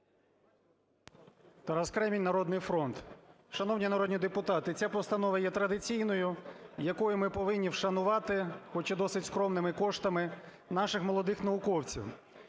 Тарас Кремінь, "Народний фронт". Шановні народні депутати, ця постанова є традиційною, якою ми повинні вшанувати, хоч і досить скромними коштами наших молодих науковців.